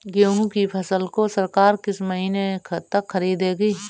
गेहूँ की फसल को सरकार किस महीने तक खरीदेगी?